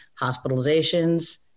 hospitalizations